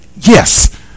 yes